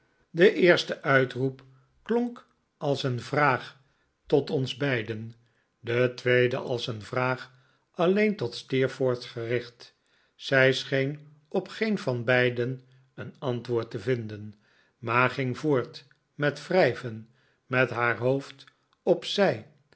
de eerste uitroep klonk als een vraag tot ons beiden de tweede als een vraag alleen tot steerforth gericht zij scheen op geen van beide een antwoord te vinden maar ging voort met wrijven met haar hoofd op